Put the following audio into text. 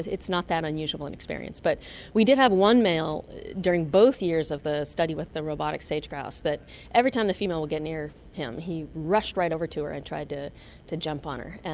it's not that unusual an and experience. but we did have one male during both years of the study with the robotic sage-grouse that every time the female would get near him he rushed right over to her and tried to to jump on her, and